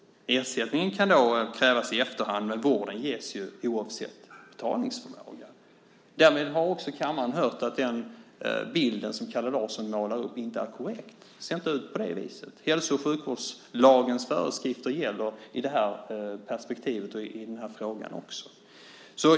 Ersättningen kan då krävas i efterhand, men vården ges oavsett betalningsförmåga. Därmed har kammaren också hört att den bild som Kalle Larsson målar upp inte är korrekt. Det ser inte ut på det viset. Hälso och sjukvårdslagens föreskrifter gäller i det här perspektivet och i den här frågan också.